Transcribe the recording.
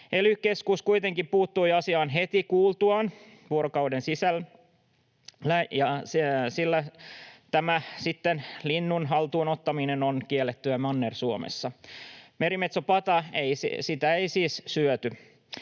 Ely-keskus kuitenkin puuttui asiaan heti siitä kuultuaan, vuorokauden sisällä, sillä tämä linnun haltuun ottaminen on kiellettyä Manner-Suomessa. Merimetsopataa ei siis syöty.